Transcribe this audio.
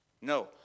No